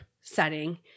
setting